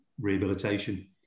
rehabilitation